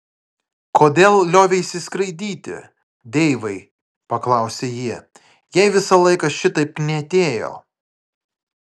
kodėl lioveisi skraidyti deivai paklausė ji jei visą laiką šitaip knietėjo